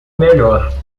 melhor